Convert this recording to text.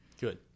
Good